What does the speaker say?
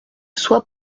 soit